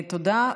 תודה.